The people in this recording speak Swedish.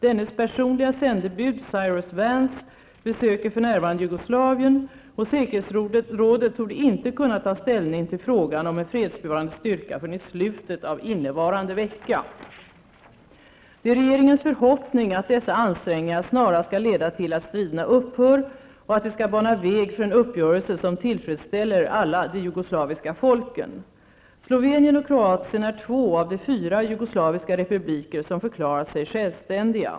Dennes personliga sändebud Cyrus Vance besöker för närvarande Jugoslavien, och säkerhetsrådet torde inte kunna ta ställning till frågan om en fredsbevarande styrka förrän i slutet av innevarande vecka. Det är regeringens förhoppning att dessa ansträngningar snarast skall leda till att striderna upphör och att de skall bana väg för en uppgörelse som tillfredsställer alla de jugoslaviska folken. Slovenien och Kroatien är två av de fyra jugoslaviska republiker som förklarat sig självständiga.